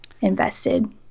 invested